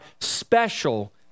special